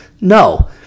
No